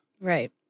Right